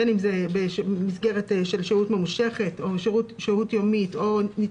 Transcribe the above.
בין אם במסגרת של שהות ממושכת ובין אם במסגרת